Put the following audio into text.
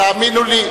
תאמינו לי.